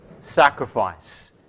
sacrifice